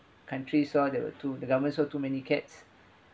countries saw there were too the government saw too many cats